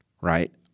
right